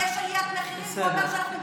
יש עליית מחירים, מדברים שטויות.